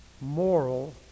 moral